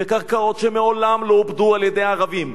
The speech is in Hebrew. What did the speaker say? קרקעות שמעולם לא עובדו על-ידי ערבים,